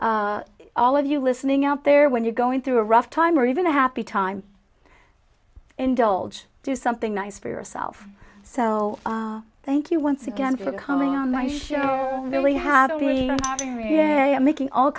of you listening out there when you're going through a rough time or even a happy time indulge do something nice for yourself so thank you once again for coming on my show really have only been making all